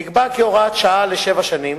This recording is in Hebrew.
נקבע כהוראת שעה לשבע שנים